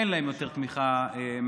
אין להם יותר תמיכה מהציבור.